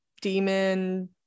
demon